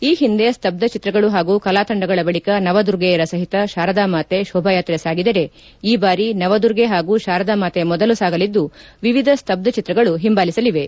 ಈ ಹಿಂದೆ ಸ್ತಬ್ದ ಚಿತ್ರಗಳು ಹಾಗೂ ಕಲಾತಂಡಗಳ ಬಳಿಕ ನವದುರ್ಗೆಯರ ಸಹಿತ ಶಾರದಾಮಾತೆ ಶೋಭಾಯಾತ್ರೆ ಸಾಗಿದರೆ ಈ ಬಾರಿ ನವದುರ್ಗೆ ಹಾಗೂ ಶಾರದಾ ಮಾತೆ ಮೊದಲು ಸಾಗಲಿದ್ದು ವಿವಿಧ ಸ್ತಬ್ದ ಚಿತ್ರಗಳು ಹಿಂಬಾಲಿಸಲಿವೆ